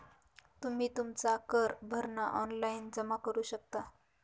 तुम्ही तुमचा कर भरणा ऑनलाइन जमा करू शकता